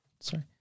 Sorry